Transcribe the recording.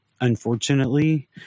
unfortunately